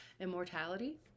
immortality